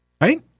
Right